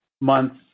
months